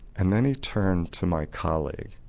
and then he turned to my colleague,